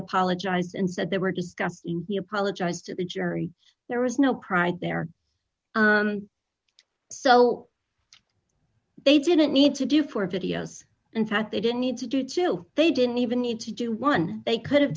apologized and said they were disgusting he apologized to the jury there was no pride there so they didn't need to do for videos in fact they didn't need to do two they didn't even need to do one they could